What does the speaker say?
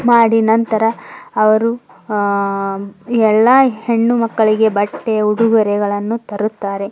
ಮಾಡಿ ನಂತರ ಅವ್ರು ಎಲ್ಲ ಹೆಣ್ಣುಮಕ್ಕಳಿಗೆ ಬಟ್ಟೆ ಉಡುಗೊರೆಗಳನ್ನು ತರುತ್ತಾರೆ